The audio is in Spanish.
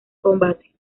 combate